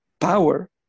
power